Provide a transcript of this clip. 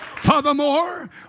Furthermore